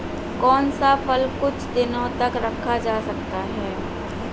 कौन सा फल कुछ दिनों तक रखा जा सकता है?